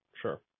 Sure